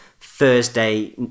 Thursday